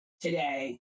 today